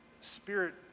spirit